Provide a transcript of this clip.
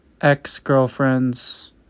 ex-girlfriends